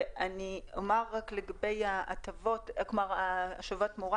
לגבי הסטטוס של השבת התמורה,